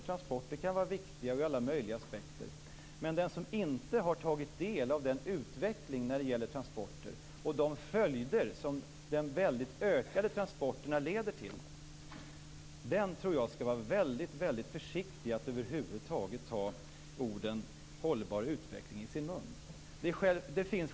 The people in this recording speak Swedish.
Transporter kan vara viktiga ur alla möjliga aspekter, men den som inte har tagit del av utvecklingen när det gäller transporter och de följder som de ökade transporterna leder till skall vara väldigt försiktig med att över huvud taget ta orden hållbar utveckling i sin mun.